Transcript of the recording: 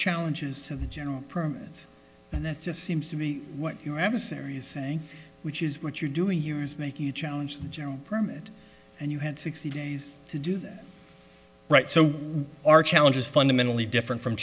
challenges to the general permits and that just seems to be what your adversaries which is what you do you make you challenge the general permit and you had sixty days to do that right so our challenge is fundamentally different from